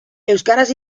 euskaraz